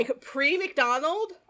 pre-McDonald